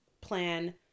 plan